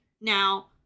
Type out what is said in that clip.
Now